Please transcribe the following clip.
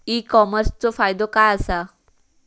E कॉमर्सचो फायदो काय असा?